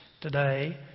today